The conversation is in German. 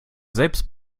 selbst